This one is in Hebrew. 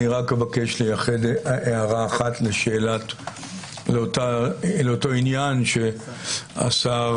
אבקש לייחד הערה אחת לאותו עניין שהשר